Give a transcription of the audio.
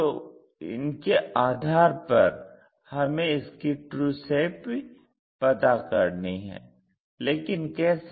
तो इनके आधार पर हमें इसकी ट्रू शेप पता करनी है लेकिन कैसे